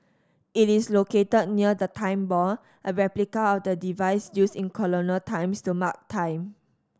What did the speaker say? it is located near the Time Ball a replica of the device used in colonial times to mark time